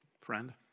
friend